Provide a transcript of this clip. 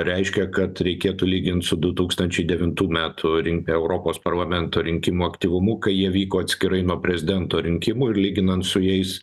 reiškia kad reikėtų lygint su du tūkstančiai devintų metų rinka europos parlamento rinkimų aktyvumu kai jie vyko atskirai nuo prezidento rinkimų ir lyginant su jais